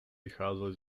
vycházeli